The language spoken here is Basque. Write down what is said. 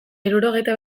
hirurogeita